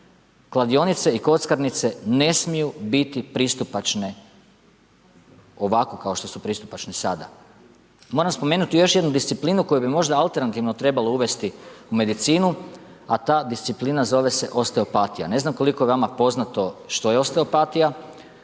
Kladionice i kockarnice ne smiju biti pristupačne, ovako kao što su pristupačne sada. Moram spomenuti još jednu disciplinu koju bi možda alternativno trebalo uvesti u medicinu, a ta disciplina zove se osteopatija. Ne znam koliko je vama poznato što je osteopatija,